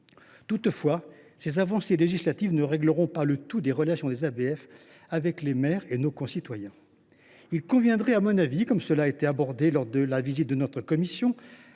Toutefois, ces avancées législatives ne régleront pas tous les problèmes des relations des ABF avec les maires et nos concitoyens. Il conviendrait aussi, à mon avis, comme cela a été évoqué lors de la visite de notre commission